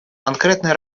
конкретной